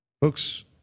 Folks